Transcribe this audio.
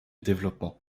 développement